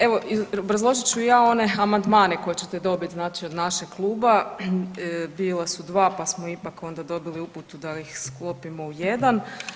Evo obrazložit ću ja one amandmane koje ćete dobiti od našeg kluba, bila su dva pa smo ipak dobili uputu da ih sklopimo u jedan.